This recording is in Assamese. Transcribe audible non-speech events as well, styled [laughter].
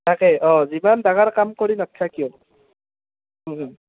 তাকে অঁ যিমান ডাঙাৰ কাম কৰি [unintelligible] কিয়